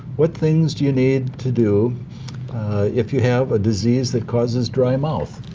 what things do you need to do if you have a disease that causes dry mouth?